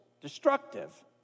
destructive